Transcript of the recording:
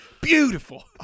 Beautiful